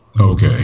Okay